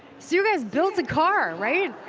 so you guys built a car, right?